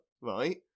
right